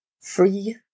free